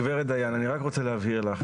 גב' דיין אני רק רוצה להבהיר לך,